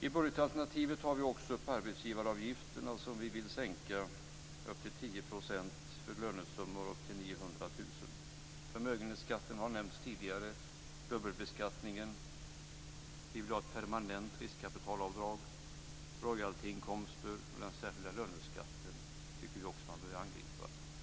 I budgetalternativet tar vi också upp arbetsgivaravgifterna, som vi vill sänka med upp till 10 % för lönesummor upp till 900 000. Förmögenhetsskatten och dubbelbeskattningen har nämnts tidigare. Vi vill ha ett permanent riskkapitalavdrag. Royaltyinkomster och den särskilda löneskatten tycker vi också att man behöver angripa.